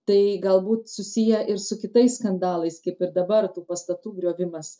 tai galbūt susiję ir su kitais skandalais kaip ir dabar tų pastatų griovimas